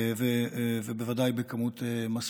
ובוודאי בכמות מספקת.